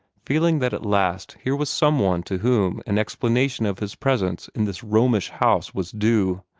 feeling that at last here was some one to whom an explanation of his presence in this romish house was due.